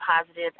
positive